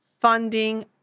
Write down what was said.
funding